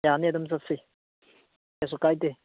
ꯌꯥꯅꯤ ꯑꯗꯨꯝ ꯆꯠꯁꯤ ꯀꯩꯁꯨ ꯀꯥꯏꯗꯦ